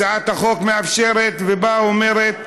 הצעת החוק מאפשרת ואומרת,